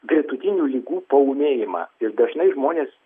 gretutinių ligų paūmėjimą ir dažnai žmonės